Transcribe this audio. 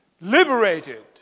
liberated